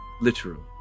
literal